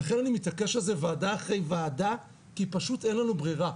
לכן אני מתעקש על זה ועדה אחרי ועדה כי פשוט אין לנו ברירה.